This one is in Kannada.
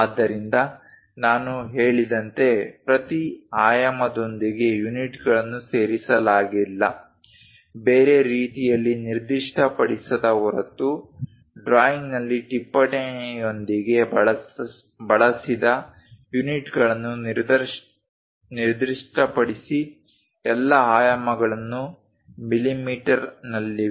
ಆದ್ದರಿಂದ ನಾನು ಹೇಳಿದಂತೆ ಪ್ರತಿ ಆಯಾಮದೊಂದಿಗೆ ಯೂನಿಟ್ಗಳನ್ನು ಸೇರಿಸಲಾಗಿಲ್ಲ ಬೇರೆ ರೀತಿಯಲ್ಲಿ ನಿರ್ದಿಷ್ಟಪಡಿಸದ ಹೊರತು ಡ್ರಾಯಿಂಗ್ ನಲ್ಲಿ ಟಿಪ್ಪಣಿಯೊಂದಿಗೆ ಬಳಸಿದ ಯೂನಿಟ್ಗಳನ್ನು ನಿರ್ದಿಷ್ಟಪಡಿಸಿ ಎಲ್ಲಾ ಆಯಾಮಗಳು ಮಿಮೀ ನಲ್ಲಿವೆ